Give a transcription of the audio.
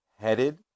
headed